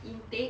intake